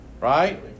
Right